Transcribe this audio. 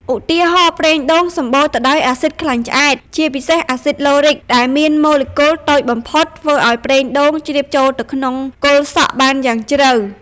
ឧទាហរណ៍ ប្រេងដូង សម្បូរទៅដោយអាស៊ីដខ្លាញ់ឆ្អែត ជាពិសេស អាស៊ីដ ឡូរិក (Lauric) ដែលមានម៉ូលេគុលតូចបំផុតធ្វើឲ្យប្រេងដូងជ្រាបចូលទៅក្នុងគល់សក់បានយ៉ាងជ្រៅ។